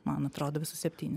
man atrodo visus septynis